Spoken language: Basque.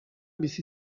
bizi